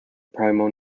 primal